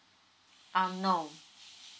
uh no